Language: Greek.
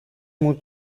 μου